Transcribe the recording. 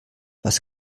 was